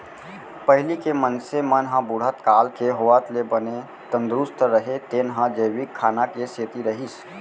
पहिली के मनसे मन ह बुढ़त काल के होवत ले बने तंदरूस्त रहें तेन ह जैविक खाना के सेती रहिस